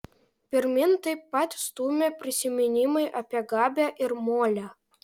pirmyn taip pat stūmė prisiminimai apie gabę ir molę